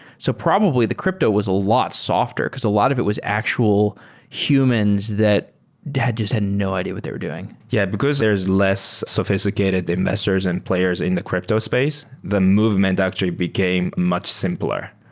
so probably the crypto was a lot softer because a lot of it was actual humans that had just had no idea what they're doing yeah, because there is less sophisticated investors and players in the crypto space, the movement actually became much simpler,